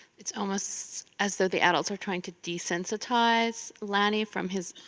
it's almost as though the adults are trying to desensitize lanny from his.